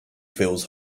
feels